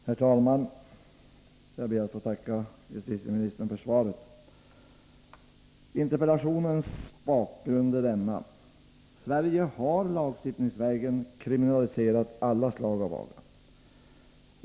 Herr talman! Jag ber att få tacka justitieministern för svaret. Interpellationens bakgrund är denna: Sverige har lagstiftningsvägen kriminaliserat alla slag av aga.